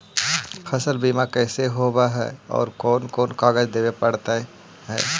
फसल बिमा कैसे होब है और कोन कोन कागज देबे पड़तै है?